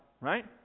Right